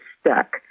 stuck